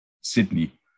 Sydney